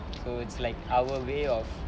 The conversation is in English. so it's like our way of